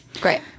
Great